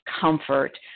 comfort